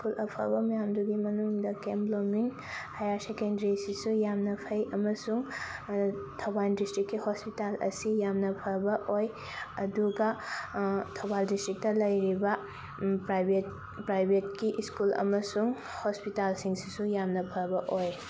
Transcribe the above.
school ꯑꯐꯕ ꯃꯌꯥꯝꯗꯨꯒꯤ ꯃꯅꯨꯡꯗ K M blooming higher secondary ꯁꯤꯁꯨ ꯌꯥꯝꯅ ꯐꯩ ꯑꯃꯁꯨꯡ ꯑꯗ ꯊꯧꯕꯥꯜ ꯗꯤꯁꯇ꯭ꯔꯤꯛꯀꯤ ꯍꯣꯁꯄꯤꯇꯥꯜ ꯑꯁꯤ ꯌꯥꯝꯅ ꯐꯕ ꯑꯣꯏ ꯑꯗꯨꯒ ꯊꯧꯕꯥꯜ ꯗꯤꯁ꯭ꯇ꯭ꯔꯤꯛꯇ ꯂꯩꯔꯤꯕ ꯄ꯭ꯔꯥꯏꯚꯦꯠ ꯄ꯭ꯔꯥꯏꯚꯦꯠꯀꯤ ꯁ꯭ꯀꯨꯜ ꯑꯃꯁꯨꯡ ꯍꯣꯁꯄꯤꯇꯥꯜꯁꯤꯡꯁꯤꯁꯨ ꯌꯥꯝꯅ ꯐꯥꯕ ꯑꯣꯏ